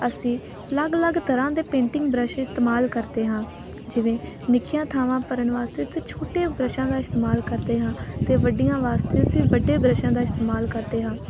ਅਸੀਂ ਅਲੱਗ ਅਲੱਗ ਤਰ੍ਹਾਂ ਦੇ ਪੇਂਟਿੰਗ ਬ੍ਰੱਸ਼ ਇਸਤੇਮਾਲ ਕਰਦੇ ਹਾਂ ਜਿਵੇਂ ਨਿੱਕੀਆਂ ਥਾਵਾਂ ਭਰਨ ਵਾਸਤੇ ਤੇ ਛੋਟੇ ਬ੍ਰੱਸ਼ਾਂ ਦਾ ਇਸਤੇਮਾਲ ਕਰਦੇ ਹਾਂ ਬ੍ਰੱਸ਼ਾਂਤੇ ਵੱਡੀਆਂ ਵਾਸਤੇ ਅਸੀਂ ਵੱਡੇ ਬ੍ਰੱਸ਼ਾਂ ਦਾ ਇਸਤੇਮਾਲ ਕਰਦੇ ਹਾਂ